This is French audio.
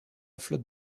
flotte